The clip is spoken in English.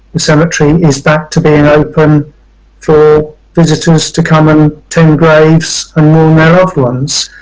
the cemetery is back to being open for visitors to come and tend graves and mourn their loved ones.